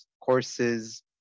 courses